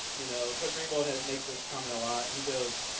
you know, coach rainbolt makes this comment a lot. he goes,